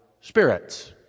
spirits